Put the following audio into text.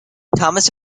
thomas